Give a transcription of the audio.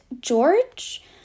george